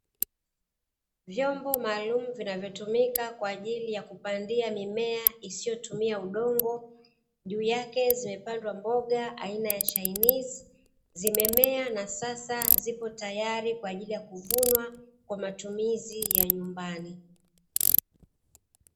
Vyombo maalumu vinavyotumika kwa ajili ya kupandia mimea isiyotumia udongo, juu yake zimepandwa mboga aina ya chainizi. Zimemea na sasa zipo tayari kwa ajili ya kuvunwa kwa matumizi ya nyumbani.